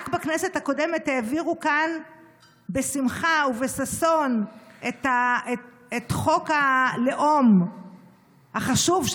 רק בכנסת הקודמת העבירו כאן בשמחה ובששון את חוק הלאום החשוב,